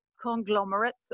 conglomerate